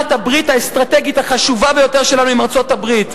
הברית האסטרטגית החשובה ביותר שלנו עם ארצות-הברית.